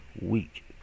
week